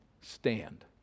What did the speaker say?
Stand